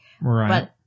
Right